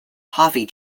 coffee